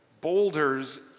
boulders